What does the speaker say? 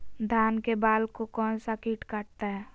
धान के बाल को कौन सा किट काटता है?